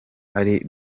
ari